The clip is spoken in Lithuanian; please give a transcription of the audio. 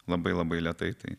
labai labai lėtai tai